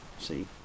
See